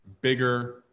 bigger